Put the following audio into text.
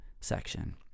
section